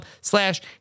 slash